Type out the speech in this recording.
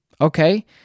Okay